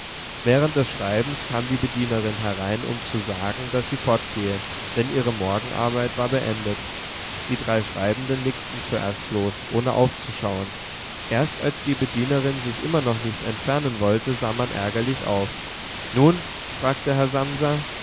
während des schreibens kam die bedienerin herein um zu sagen daß sie fortgehe denn ihre morgenarbeit war beendet die drei schreibenden nickten zuerst bloß ohne aufzuschauen erst als die bedienerin sich immer noch nicht entfernen wollte sah man ärgerlich auf nun fragte herr samsa